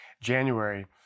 January